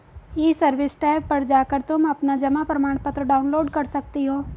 ई service tab पर जाकर तुम अपना जमा प्रमाणपत्र डाउनलोड कर सकती हो